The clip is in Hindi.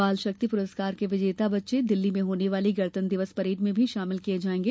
बाल शक्ति पुरस्कार के विजेता बच्चे दिल्ली में होने वाली गणतंत्र दिवस परेड में भी शामिल किये जायेंगे